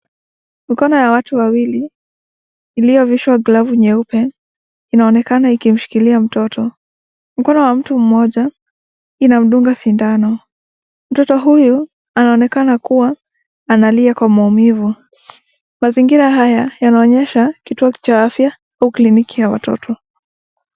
Mikono ya watu wawili iliyovishwa glavu nyeupe inaonekana ikimshikilia mtoto. Mkono wa mtu mmoja inamdunga sindano, mtoto huyu anaonekana kuwa analia kwa maumivu. Mazingira haya yanaonyesha kituo cha afya au kliniki ya watoto.